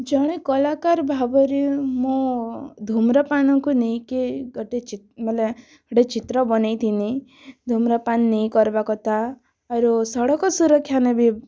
ଜଣେ କଳାକାର ଭାବରେ ମୁଁ ଧୁମ୍ରପାନ୍କୁ ନେଇକି ଗୋଟେ ଚିତ୍ ମାନେ ଗୋଟେ ଚିତ୍ର ବନେଇ ଥିଲି ଧ୍ରୁମ୍ରପାନ୍ ନାଇ କର୍ବାର୍ କଥା ଆରୁ ସଡ଼କ ସୁରକ୍ଷାନେ ବି